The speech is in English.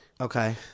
Okay